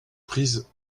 prise